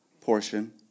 portion